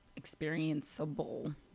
experienceable